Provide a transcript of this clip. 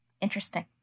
Interesting